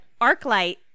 Arclight